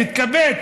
תתכבד,